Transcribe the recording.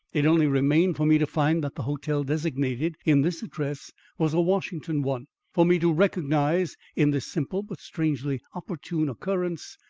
it only remained for me to find that the hotel designated in this address was a washington one, for me to recognise in this simple but strangely opportune occurrence,